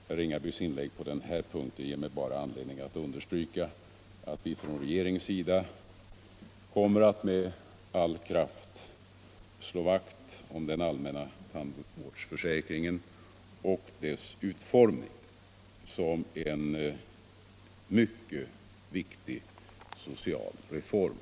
Herr Ringabys inlägg på denna punkt ger mig bara anledning att understryka att vi i regeringen med all kraft kommer att slå vakt om utformningen av den allmänna tandvårdsförsäkringen, som är en mycket viktig social reform.